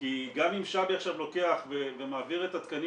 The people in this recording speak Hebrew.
כי גם אם שבי עכשיו לוקח ומעביר את התקנים